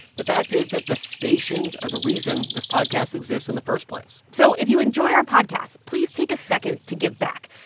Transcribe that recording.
the fact is that the stations are the reason this podcasts exists in the first place so if you enjoy our podcasts, please take a second to give back.